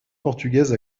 portugaise